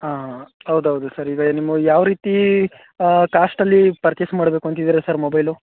ಹಾಂ ಹೌದೌದು ಸರಿ ಈಗ ನಿಮ್ಮ ಯಾವ ರೀತಿ ಕಾಸ್ಟಲ್ಲಿ ಪರ್ಚೇಸ್ ಮಾಡಬೇಕು ಅಂತಿದ್ದೀರಾ ಸರ್ ಮೊಬೈಲು